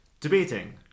Debating